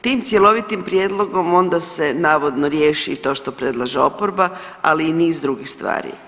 Tim cjelovitim prijedlogom onda se navodno riješi i to što predlaže oporba, ali i niz drugih stvari.